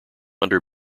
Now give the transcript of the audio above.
under